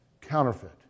counterfeit